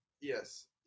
Yes